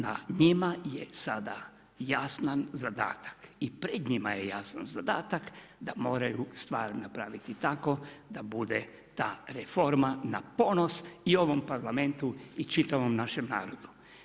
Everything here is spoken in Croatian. Na njima je sada jasna zadatak i pred njima je jasan zadatak, da moraju stvar napraviti tako da bude ta reforma na ponos i ovom Parlamentu i čitavom našem narodu.